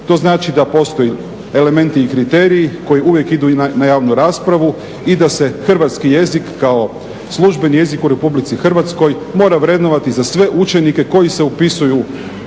To znači da postoje elementi i kriteriji koji uvijek idu i na javnu raspravu i da se hrvatski jezik kao službeni jezik u RH mora vrednovati za sve učenike koji se upisuju u